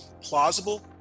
plausible